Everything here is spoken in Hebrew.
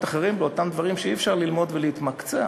אחרים אותם דברים שהיום אי-אפשר ללמוד ולהתמקצע,